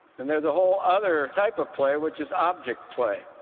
and there's a whole other type of play, which is object play.